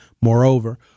Moreover